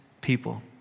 people